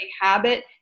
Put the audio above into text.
habit –